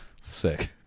Sick